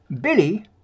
Billy